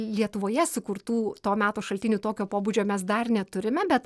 lietuvoje sukurtų to meto šaltinių tokio pobūdžio mes dar neturime bet